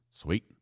Sweet